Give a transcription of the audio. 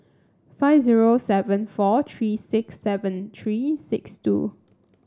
five zero seven four three six seven three six two